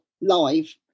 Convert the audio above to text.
live